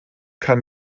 kann